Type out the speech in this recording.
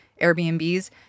Airbnbs